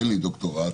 אין דוקטורט,